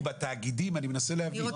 בתאגידים, אני מנסה להבין?